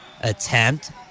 attempt